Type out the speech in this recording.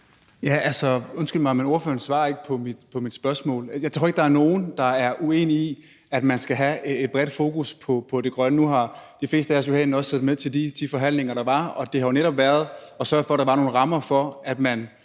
(S): Undskyld mig, men ordføreren svarer ikke på mit spørgsmål. Jeg tror ikke, der er nogen, der er uenige i, at man skal have et bredt fokus på det grønne. Nu har de fleste af os herinde jo også siddet med i de forhandlinger, der var, og det var netop om at sørge for, at der var nogle rammer, så man